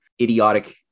idiotic